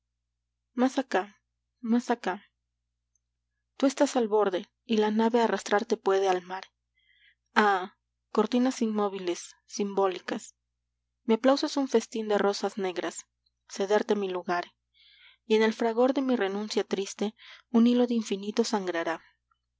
mas acá mas acá tú estás al borde y la na ve arrastrarte puede al mar ah cortinas inmóviles simbólicas mi aplauso es un festín de rosas negras cederte mi lugar y en el fragor de mi renuncia triste un hilo de infinito sangrará